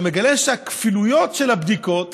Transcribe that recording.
גיליתי שהכפילויות של הבדיקות,